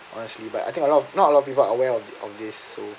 honestly but I think a lot not a lot of people are aware of of this so